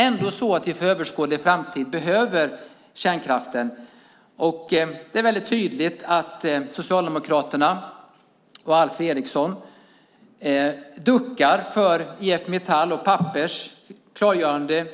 Ändå behöver vi för överskådlig tid kärnkraften. Det är väldigt tydligt att Socialdemokraterna och Alf Eriksson duckar inför IF Metalls och Pappers klargörande